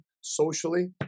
socially